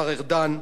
השר ארדן,